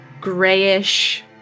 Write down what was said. grayish